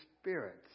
spirits